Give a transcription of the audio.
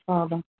Father